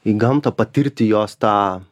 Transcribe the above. į gamtą patirti jos tą